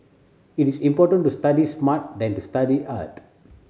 it is important to study smart than to study hard